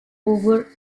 over